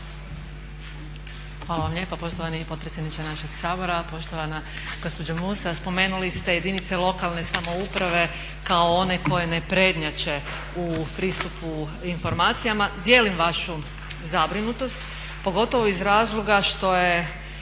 Hvala vam lijepa poštovani potpredsjedniče našeg Sabora, poštovana gospođa Musa. Spomenuli ste jedinice lokalne samouprave kao one koje ne prednjače u pristupu informacijama. Dijelim vašu zabrinutost pogotovo iz razloga što je